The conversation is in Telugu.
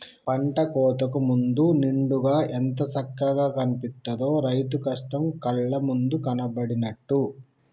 పంట కోతకు ముందు నిండుగా ఎంత సక్కగా కనిపిత్తదో, రైతు కష్టం కళ్ళ ముందు కనబడినట్టు